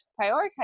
prioritize